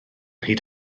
hyd